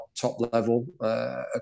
top-level